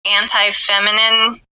anti-feminine